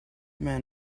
men